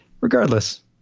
Regardless